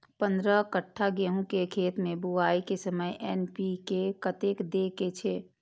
पंद्रह कट्ठा गेहूं के खेत मे बुआई के समय एन.पी.के कतेक दे के छे?